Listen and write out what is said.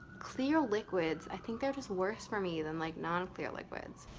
clear liquids. i think they're just worse for me than like non-clear liquids.